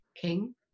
king